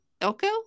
elko